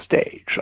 stage